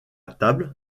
table